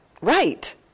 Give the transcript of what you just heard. right